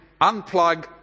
unplug